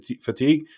fatigue